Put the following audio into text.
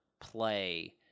play